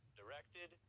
directed